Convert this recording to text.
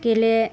गेले